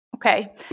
Okay